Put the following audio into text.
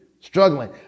struggling